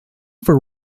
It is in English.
for